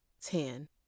Ten